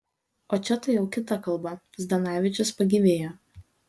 o čia tai jau kita kalba zdanavičius pagyvėjo